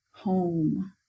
home